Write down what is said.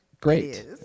Great